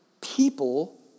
people